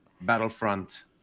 Battlefront